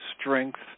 strength